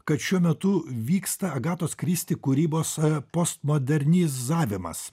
kad šiuo metu vyksta agatos kristi kūrybos postmodernizavimas